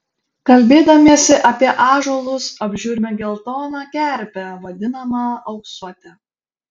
kalbėdamiesi apie ąžuolus apžiūrime geltoną kerpę vadinamą auksuote